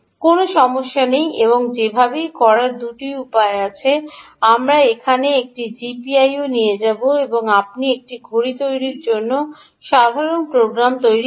কোনও সমস্যা নেই এবং এটি করার দুটি উপায় আছে আমরা এখানে একটি জিপিও নিয়ে যাব এবং আপনি একটি ঘড়ি তৈরির জন্য একটি সাধারণ প্রোগ্রাম তৈরি করেন